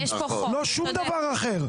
לא שום דבר אחר.